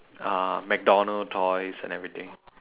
uh mcdonald toys and everything